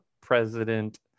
president